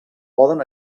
poden